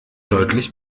deutlich